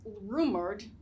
rumored